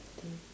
okay